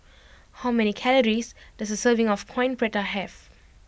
how many calories does a serving of Coin Prata have